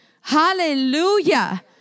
Hallelujah